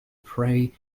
pray